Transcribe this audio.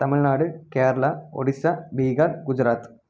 Tamil Nadu Kerala Odisha Bihar Gujarat